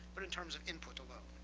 but in terms of input alone.